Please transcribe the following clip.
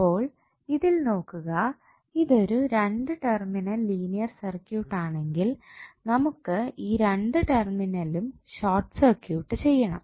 അപ്പോൾ ഇതിൽ നോക്കുക ഇതൊരു 2 ടെർമിനൽ ലീനിയർ സർക്യൂട്ട് ആണെങ്കിൽ നമുക്ക് ഈ രണ്ട് ടെർമിനലുകളും ഷോർട്ട് സർക്യൂട്ട് ചെയ്യണം